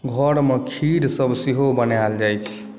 घरमे खीर सभ सेहो बनाएल जाइत छै